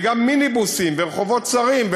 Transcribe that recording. וגם מיניבוסים ברחובות צרים,